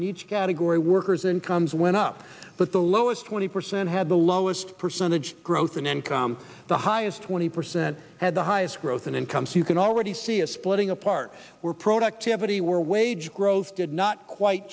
in each category workers incomes went up but the lowest twenty percent had the lowest percentage growth in income the highest twenty percent had the highest growth in income so you can already see it splitting apart where productivity were wage growth did not quite